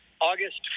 August